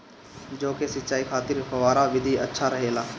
जौ के सिंचाई खातिर फव्वारा विधि अच्छा रहेला?